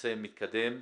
שהנושא מתקדם.